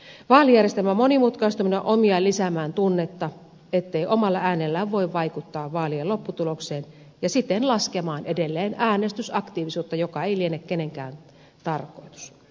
vaalijärjestelmän monimutkaistuminen on omiaan lisäämään tunnetta ettei omalla äänellään voi vaikuttaa vaalien lopputulokseen ja siten laskemaan edelleen äänestysaktiivisuutta mikä ei liene kenenkään tarkoitus